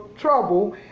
trouble